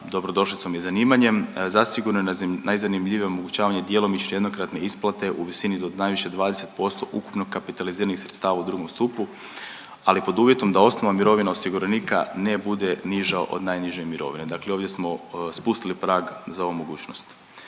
dobrodošlicom i zanimanjem, zasigurno je najzanimljivije omogućavanje djelomične jednokratne isplate u visini do najviše 20% ukupno kapitaliziranih sredstava u II. stupu, ali pod uvjetom da osnovna mirovina osiguranika ne bude niža od najniže mirovine, dakle ovdje smo spustili prag za ovu mogućnost.